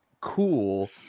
cool